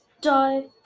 Die